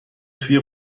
توی